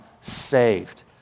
saved